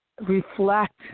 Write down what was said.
reflect